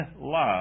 love